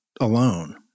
alone